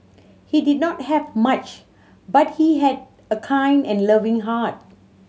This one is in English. he did not have much but he had a kind and loving heart